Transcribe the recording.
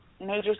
major